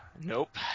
nope